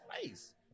place